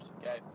Okay